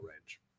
range